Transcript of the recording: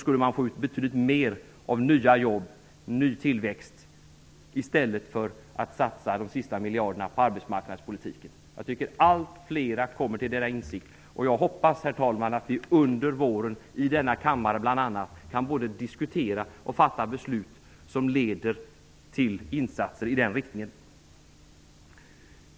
Det må gälla industriell formgivning, verkstadsteknik, träteknik, verkstadsteknisk forskning, etc. Jag tycker att allt fler kommer till denna insikt och jag hoppas, herr talman, att vi i denna kammare under våren kan både diskutera och fatta beslut som leder till insatser i den riktningen.